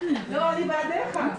לא, אני בעדך.